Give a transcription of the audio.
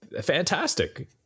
fantastic